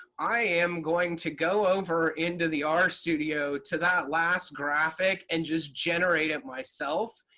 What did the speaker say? i am going to go over into the r studio to that last graphic and just generate it myself.